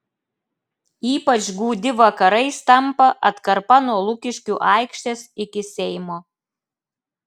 ypač gūdi vakarais tampa atkarpa nuo lukiškių aikštės iki seimo